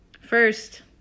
First